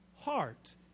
heart